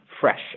fresh